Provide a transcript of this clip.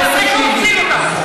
וזו החלטה לגיטימית.